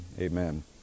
Amen